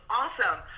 awesome